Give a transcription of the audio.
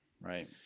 right